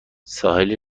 ساحل